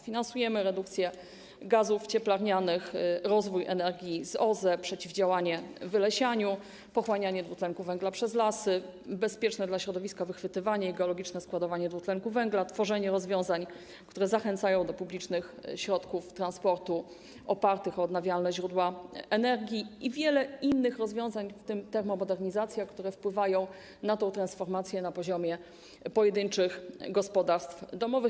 Finansujemy redukcję gazów cieplarnianych, rozwój energii z OZE, przeciwdziałanie wylesianiu, pochłanianie CO2 przez lasy, bezpieczne dla środowiska wychwytywanie i geologiczne składowanie CO2, tworzenie rozwiązań, które zachęcają do publicznych środków transportu opartych na odnawialnych źródłach energii i wiele innych rozwiązań, takich jak termomodernizacja, które wpływają na tę transformację na poziomie pojedynczych gospodarstw domowych.